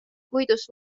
puidust